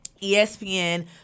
ESPN –